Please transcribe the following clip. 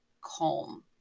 calm